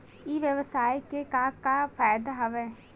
ई व्यवसाय के का का फ़ायदा हवय?